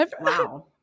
wow